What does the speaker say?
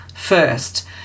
first